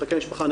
מחלקי משפחה,